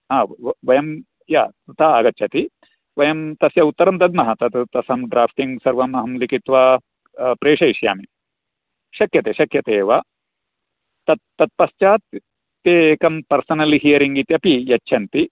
वयं या तथा आगच्छति वयं तस्य उत्तरं दद्मः तत् तासां ड्राफ्टिङ्ग् सर्वम् अहं लिखित्वा प्रेषयिष्यामि शक्यते शक्यते एव तत् तत्पश्चात् एकं पर्सनल् हियरिङ्ग् इत्यपि यच्छनति